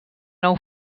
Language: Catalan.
nou